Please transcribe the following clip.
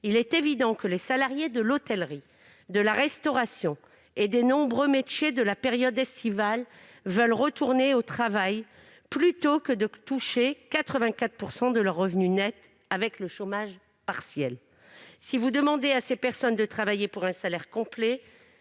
Il est évident que les salariés de l'hôtellerie, de la restauration et des nombreux métiers de la période estivale veulent retourner au travail plutôt que de toucher 84 % de leurs revenus nets en étant au chômage partiel. Si vous demandez à ces personnes de travailler pour un salaire complet,